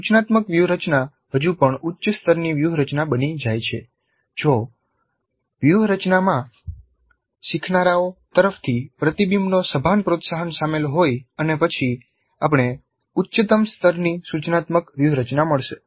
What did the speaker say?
સૂચનાત્મક વ્યૂહરચના હજુ પણ ઉચ્ચ સ્તરની વ્યૂહરચના બની જાય છે જો વ્યૂહરચનામાં શીખનારાઓ તરફથી પ્રતિબિંબનો સભાન પ્રોત્સાહન શામેલ હોય અને પછી આપણે ઉચ્ચતમ સ્તરની સૂચનાત્મક વ્યૂહરચના મળશે